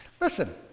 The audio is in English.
Listen